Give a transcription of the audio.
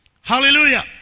Hallelujah